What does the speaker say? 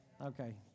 Okay